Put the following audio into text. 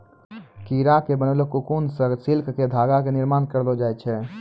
कीड़ा के बनैलो ककून सॅ सिल्क के धागा के निर्माण करलो जाय छै